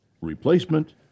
replacement